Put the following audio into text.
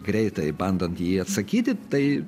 greitai bandant į jį atsakyti tai